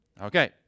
Okay